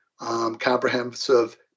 comprehensive